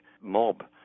mob